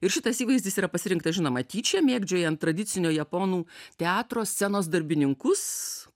ir šitas įvaizdis yra pasirinktas žinoma tyčia mėgdžiojant tradicinio japonų teatro scenos darbininkus